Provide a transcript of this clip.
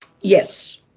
yes